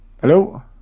Hello